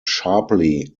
sharply